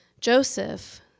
Joseph